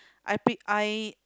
I pick I